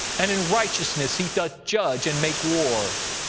and in righteousness he doth judge and make war.